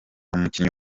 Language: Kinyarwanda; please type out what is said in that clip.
umukinnyi